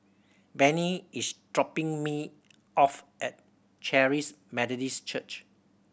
Benny is dropping me off at Charis Methodist Church